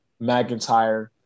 McIntyre